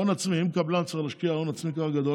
אם קבלן צריך להשקיע הון עצמי כל כך גדול,